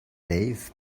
dave